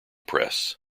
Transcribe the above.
press